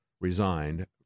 resigned